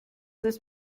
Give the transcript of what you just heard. ist